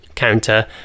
counter